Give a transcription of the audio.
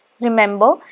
Remember